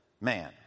man